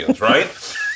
right